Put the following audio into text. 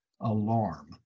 alarm